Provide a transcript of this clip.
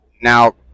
Now